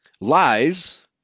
lies